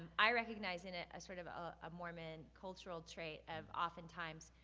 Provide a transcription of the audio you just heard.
i recognize it it as sort of a mormon cultural trait of oftentimes,